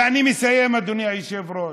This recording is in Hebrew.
ואני מסיים, אדוני היושב-ראש.